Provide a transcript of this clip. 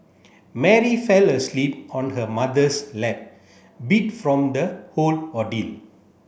Mary fell asleep on her mother's lap beat from the whole ordeal